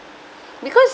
because